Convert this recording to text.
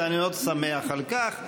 ואני מאוד שמח על כך.